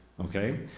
okay